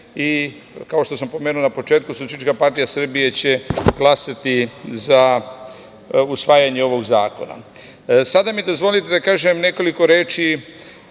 Kao što sam pomenuo na početku, SPS će glasati za usvajanje ovog zakona. Sada mi dozvolite da kažem nekoliko reči